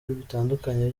bitandukanye